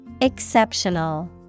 Exceptional